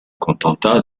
contenta